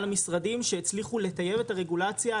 על המשרדים שהצליחו לטייב את הרגולציה,